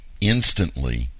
instantly